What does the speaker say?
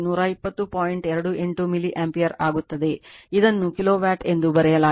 28 milliampere ಆಗುತ್ತದೆ ಇದನ್ನು kilowatt ಎಂದು ಬರೆಯಲಾಗಿದೆ